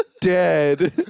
dead